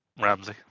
Ramsey